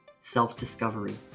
self-discovery